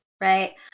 right